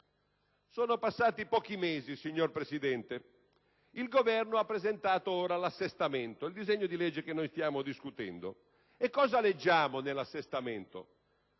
Sono passati pochi mesi, signor Presidente, e il Governo ha presentato il disegno di legge che stiamo discutendo. E cosa leggiamo nell'assestamento?